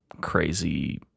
crazy